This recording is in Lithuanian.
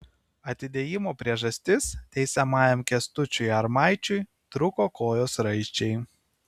atidėjimo priežastis teisiamajam kęstučiui armaičiui trūko kojos raiščiai